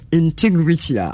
integrity